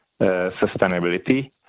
sustainability